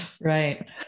Right